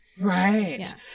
Right